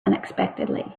unexpectedly